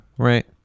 Right